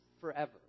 forever